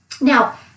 Now